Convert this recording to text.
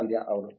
సంధ్య అవును